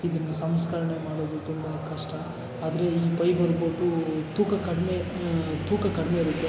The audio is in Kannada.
ಇದನ್ನು ಸಂಸ್ಕರಣೆ ಮಾಡೋದು ತುಂಬ ಕಷ್ಟ ಆದರೆ ಈ ಪೈಬರ್ ಬೋಟೂ ತೂಕ ಕಡಿಮೆ ತೂಕ ಕಡಿಮೆ ಇರುತ್ತೆ